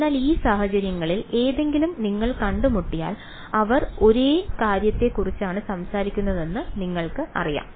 അതിനാൽ ഈ കാര്യങ്ങളിൽ ഏതെങ്കിലും നിങ്ങൾ കണ്ടുമുട്ടിയാൽ അവർ ഒരേ കാര്യത്തെക്കുറിച്ചാണ് സംസാരിക്കുന്നതെന്ന് നിങ്ങൾക്കറിയാം